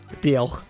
deal